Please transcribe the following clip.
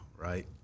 right